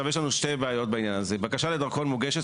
יש לנו שתי בעיות: בקשה לדרכון מוגשת